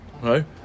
right